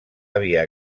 havia